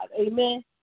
Amen